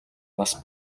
нас